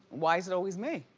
why is it always me?